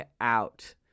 out